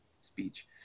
speech